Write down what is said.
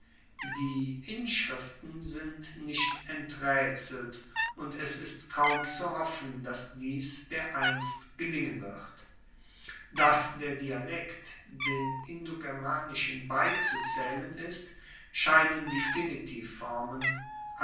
die inschriften sind nicht entraetselt und es ist kaum zu hoffen dass dies dereinst gelingen wird dass der dialekt den indogermanischen beizuzaehlen ist scheinen die